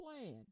plan